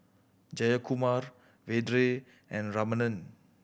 Jayakumar Vedre and Ramanand